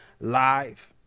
live